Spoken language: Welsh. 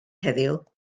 heddiw